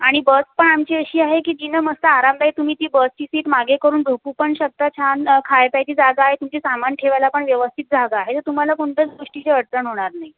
आणि बस पण आमची अशी आहे की तिनं मस्त आरामदायक तुम्ही ती बसची सीट मागे करून झोपू पण शकता छान खाय प्यायची जागा आहे तुमची सामान ठेवायला पण व्यवस्थित जागा आहे तुम्हाला कोणत्याच गोष्टीची अडचण होणार नाही